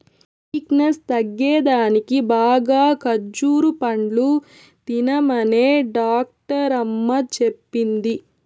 weakness తగ్గేదానికి బాగా ఖజ్జూర పండ్లు తినమనే డాక్టరమ్మ చెప్పింది